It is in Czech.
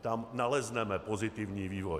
Tam nalezneme pozitivní vývoj.